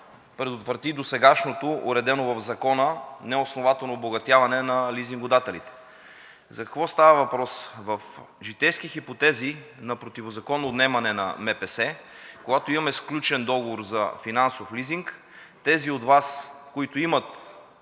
предотврати досегашното, уредено в Закона, неоснователно обогатяване на лизингодателите. За какво става въпрос? В житейски хипотези на противозаконно отнемане на МПС, когато имаме сключен договор за финансов лизинг, тези от Вас, които имат